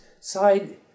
side